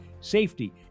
safety